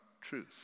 truth